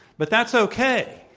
but that's okay.